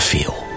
feel